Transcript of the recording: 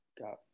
got